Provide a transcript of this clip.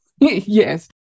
Yes